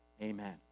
Amen